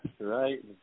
Right